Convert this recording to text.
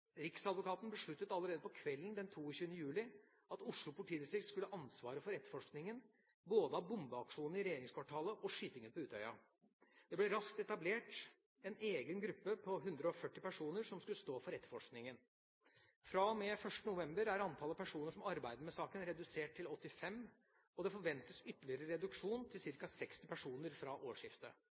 Riksadvokaten besluttet allerede på kvelden den 22. juli at Oslo politidistrikt skulle ha ansvaret for etterforskningen av både bombeaksjonen i regjeringskvartalet og skytingen på Utøya. Det ble raskt etablert en egen gruppe på 140 personer som skulle stå for etterforskningen. Fra og med 1. november er antallet personer som arbeider med saken, redusert til 85, og det forventes ytterligere reduksjon til ca. 60 personer fra årsskiftet.